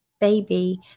baby